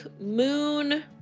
Moon